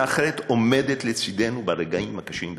אחרת עומדת לצדנו ברגעים הקשים ביותר,